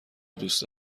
دوست